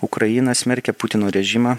ukrainą smerkia putino režimą